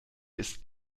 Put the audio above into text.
ist